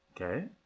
Okay